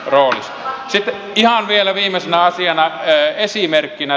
sitten ihan vielä viimeisenä asiana esimerkkinä